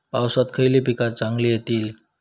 पावसात खयली पीका चांगली येतली?